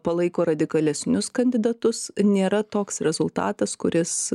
palaiko radikalesnius kandidatus nėra toks rezultatas kuris